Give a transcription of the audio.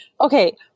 Okay